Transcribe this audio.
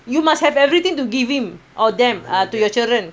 you must have everything to give him or them to your children